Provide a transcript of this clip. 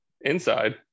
Inside